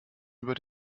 über